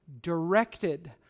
directed